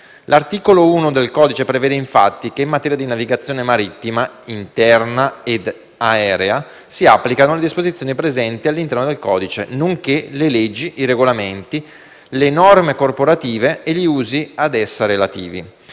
L'articolo 1 del codice prevede infatti che: «In materia di navigazione, marittima, interna ed aerea, si applicano le disposizioni presenti all'interno del codice nonché le leggi, i regolamenti, le norme corporative e gli usi ad essa relativi».